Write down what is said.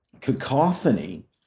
cacophony